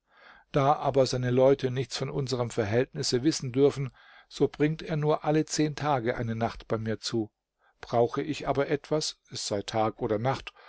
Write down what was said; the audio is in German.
da aber seine leute nichts von unseren verhältnisse wissen dürfen so bringt er nur alle zehn tage eine nacht bei mir zu brauche ich aber etwas es sei tag oder nacht